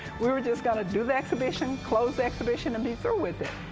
we were just gonna do the exhibition, close the exhibition, and be through with it,